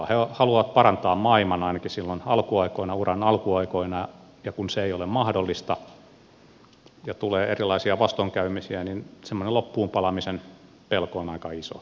he haluavat parantaa maailman ainakin silloin uran alkuaikoina ja kun se ei ole mahdollista ja tulee erilaisia vastoinkäymisiä niin semmoinen loppuunpalamisen pelko on aika iso